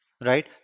right